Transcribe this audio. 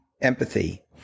empathy